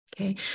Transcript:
okay